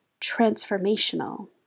transformational